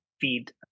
feed